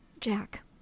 Jack